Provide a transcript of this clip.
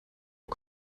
dem